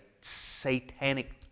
satanic